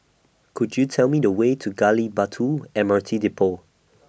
Could YOU Tell Me The Way to Gali Batu M R T Depot